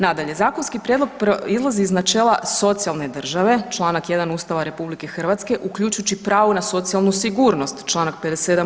Nadalje, zakonski prijedlog proizlazi iz načela socijalne države čl. 1. Ustava RH uključujući pravo na socijalnu sigurnost čl. 57.